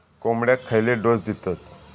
कोंबड्यांक खयले डोस दितत?